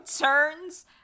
Turns